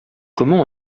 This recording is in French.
comment